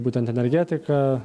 būtent energetika